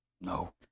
No